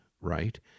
right